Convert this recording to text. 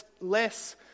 less